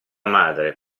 madre